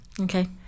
Okay